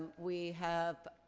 we have,